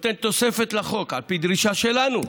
נותן תוספת בחוק, על פי דרישה שלנו.